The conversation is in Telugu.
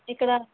ఇక్కడ